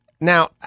now